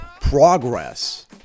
progress